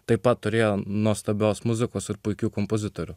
taip pat turėjo nuostabios muzikos ir puikių kompozitorių